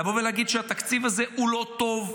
לבוא ולהגיד שהתקציב הזה הוא לא טוב,